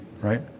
Right